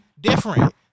different